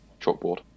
chalkboard